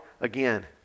Again